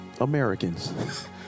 Americans